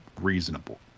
Reasonable